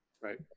right